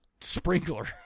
sprinkler